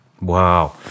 Wow